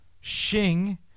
Shing